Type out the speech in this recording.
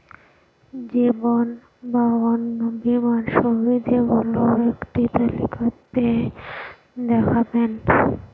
জীবন বা অন্ন বীমার সুবিধে গুলো একটি তালিকা তে দেখাবেন?